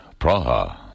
Praha